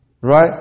Right